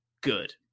good